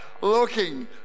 looking